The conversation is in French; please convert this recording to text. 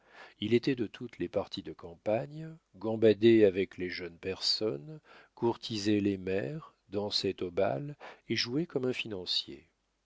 il était de toutes les parties de campagne gambadait avec les jeunes personnes courtisait les mères dansait au bal et jouait comme un financier